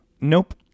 nope